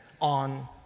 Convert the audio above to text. on